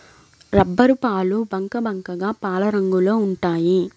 రబ్బరుపాలు బంకబంకగా పాలరంగులో ఉంటాయి